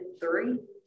three